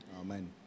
Amen